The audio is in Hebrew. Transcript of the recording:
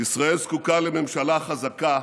ישראל זקוקה לממשלה חזקה,